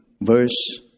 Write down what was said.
verse